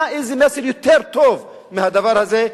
איזה מסר יותר טוב מהדבר הזה,